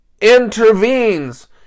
intervenes